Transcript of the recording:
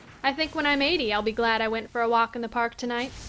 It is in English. i think when i am eighty i'll be glad i went for a walk in the park tonight.